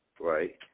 right